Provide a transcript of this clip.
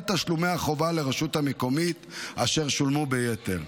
תשלומי החובה לרשות המקומית אשר שולמו ביתר,